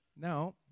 Now